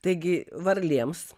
taigi varlėms